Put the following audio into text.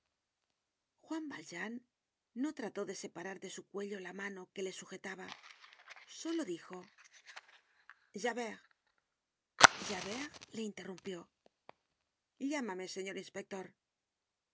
juan valjean no trató de separar de su cuello la mano que le sujetaba solo dijo javert javert le interrumpió llámame señor inspector